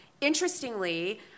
Interestingly